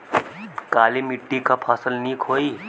काली मिट्टी क फसल नीक होई?